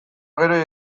gero